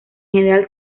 general